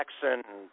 Jackson